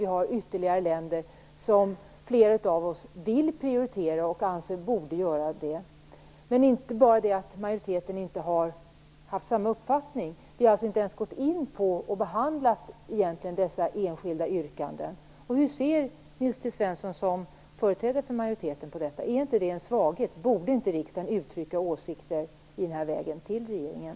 Det finns ytterligare länder - t.ex. Laos - som flera av oss vill prioritera. Men det är inte bara det att majoriteten inte har haft samma uppfattning, utan man har inte ens gått in på och behandlat dessa enskilda yrkanden. Hur ser Nils T Svensson som företrädare för majoriteten på detta? Är inte det en svaghet? Borde inte riksdagen uttrycka åsikter i den riktningen till regeringen?